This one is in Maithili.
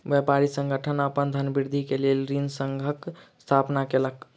व्यापारी संगठन अपन धनवृद्धि के लेल ऋण संघक स्थापना केलक